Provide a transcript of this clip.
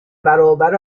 برابر